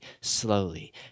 slowly